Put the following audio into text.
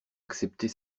accepter